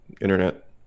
internet